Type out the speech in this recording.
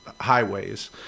highways